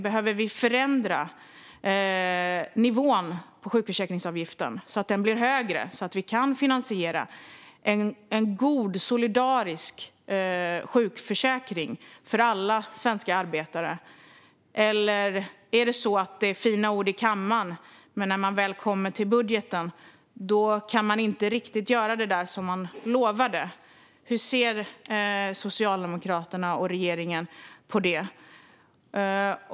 Behöver vi förändra nivån på sjukförsäkringsavgiften så att den blir högre och vi därmed kan finansiera en god, solidarisk sjukförsäkring för alla svenska arbetare? Eller är det bara fina ord i kammaren, men när man kommer till budgeten kan man inte riktigt göra det där som man lovade? Hur ser Socialdemokraterna och regeringen på det?